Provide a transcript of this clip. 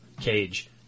cage